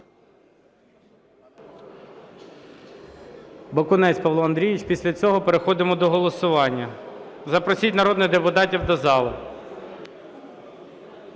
Бакунець Павло Андрійович. Після цього переходимо до голосування. Запросіть народних депутатів до зали.